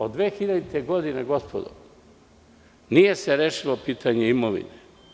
Od 2000. godine, gospodo, nije se rešilo pitanje imovine.